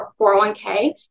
401k